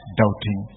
doubting